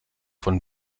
von